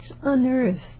unearthed